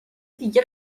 دیگه